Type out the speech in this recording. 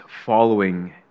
following